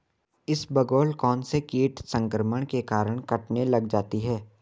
इसबगोल कौनसे कीट संक्रमण के कारण कटने लग जाती है?